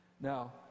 Now